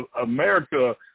america